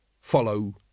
follow